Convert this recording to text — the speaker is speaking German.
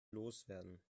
loswerden